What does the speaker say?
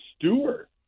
Stewart